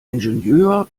ingenieur